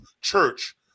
church